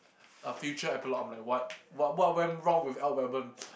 a future epilogue I'm like what what what went wrong with white-album